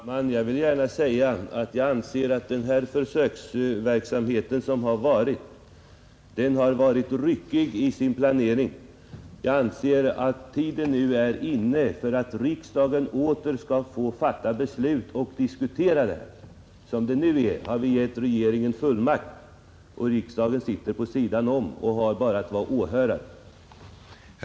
Herr talman! Jag vill gärna säga att jag anser att den försöksverksamhet som pågått har varit ryckig i sin planering. Jag anser att tiden nu är inne för att riksdagen åter skall få diskutera och fatta beslut i hastighetsbegränsningen. Som det nu är har vi gett regeringen fullmakt och riksdagen sitter vid sidan om och har bara att vara åhörare.